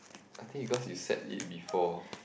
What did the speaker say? I think you got you set it before